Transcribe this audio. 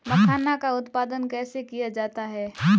मखाना का उत्पादन कैसे किया जाता है?